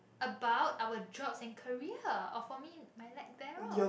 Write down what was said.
about our jobs and career oh for me my light bearer